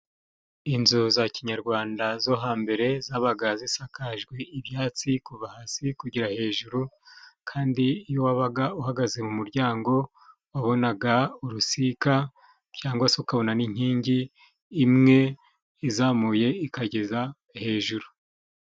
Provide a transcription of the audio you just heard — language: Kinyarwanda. Inzu za kinyarwanda zo hambere zabaga zisakajwe ibyatsi, kuva hasi kugera hejuru. Kandi iyo wabaga uhagaze mu muryango, wabonaga urusika cyangwa se ukabona n'inkingi imwe, izamuye ikageza hejuru.